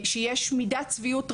שיש מידת שביעות רצון,